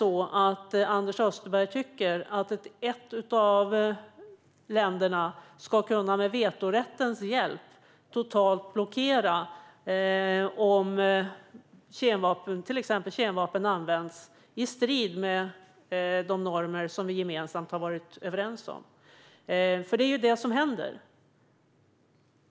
Tycker Anders Österberg att ett av länderna med hjälp av vetorätten ska kunna blockera och gå emot gemensamt överenskomna normer när till exempel kemvapen används? Det är ju det som händer.